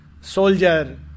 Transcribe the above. Soldier